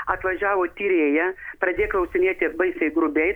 atvažiavo tyrėja pradėjo klausinėti baisiai grubiai